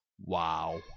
wow